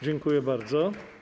Dziękuję bardzo.